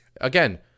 again –